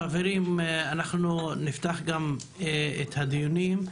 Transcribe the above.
חברים, אנחנו נפתח גם את הדיונים.